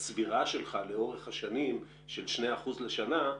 הצבירה שלך לאורך השנים של 2% לשנה,